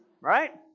Right